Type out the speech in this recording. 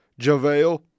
JaVale